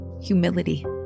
Humility